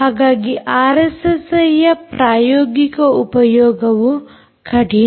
ಹಾಗಾಗಿ ಆರ್ಎಸ್ಎಸ್ಐಯ ಪ್ರಾಯೋಗಿಕ ಉಪಯೋಗವು ಕಠಿಣ